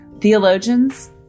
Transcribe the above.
theologians